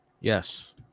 Yes